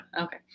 Okay